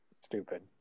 Stupid